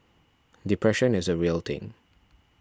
depression is a real thing